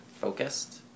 focused